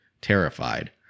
terrified